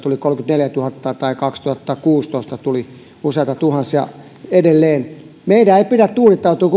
jolloin tuli kolmekymmentäneljätuhatta tai kaksituhattakuusitoista edelleen useita tuhansia meidän ei kuitenkaan pidä tuudittautua